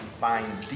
find